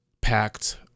packed